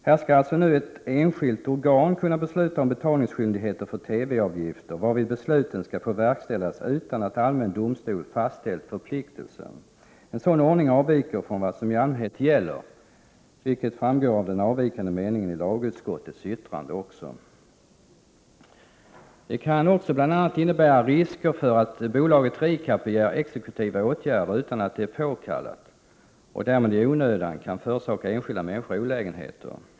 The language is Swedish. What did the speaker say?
Här skall alltså nu ett enskilt organ kunna besluta om betalningsskyldigheter för TV-avgifter, varvid besluten skall få verkställas utan att allmän domstol har fastställt förpliktelsen. En sådan ordning avviker från vad som i allmänhet gäller, vilket också framgår av den avvikande meningen i lagutskottets yttrande. Det kan också bl.a. innebära risker för att bolaget RIKAB begär exekutiva åtgärder utan att det är påkallat och därmed i onödan förorsakar enskilda människor olägenheter.